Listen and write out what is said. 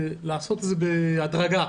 לעשות את זה בהדרגה.